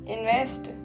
Invest